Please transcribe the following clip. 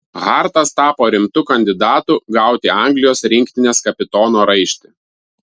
hartas tapo rimtu kandidatu gauti anglijos rinktinės kapitono raištį